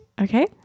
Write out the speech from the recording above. Okay